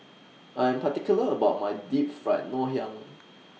I Am particular about My Deep Fried Ngoh Hiang